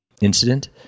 incident